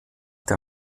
der